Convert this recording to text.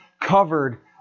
covered